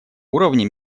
уровне